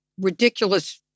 ridiculous